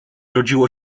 rodziło